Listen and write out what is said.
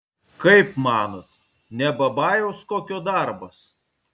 kaip manot ne babajaus kokio darbas